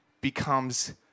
becomes